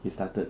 we started